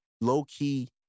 low-key